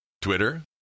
Twitter